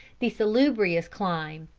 the salubrious clime,